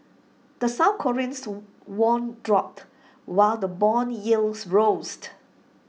the south Korean won dropped while the Bond yields